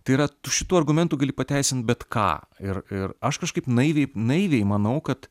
tai yra tu šituo argumentu gali pateisint bet ką ir ir aš kažkaip naiviai naiviai manau kad